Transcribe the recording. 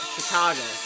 Chicago